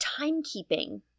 Timekeeping